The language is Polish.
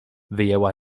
wyjęła